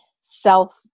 self